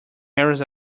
areas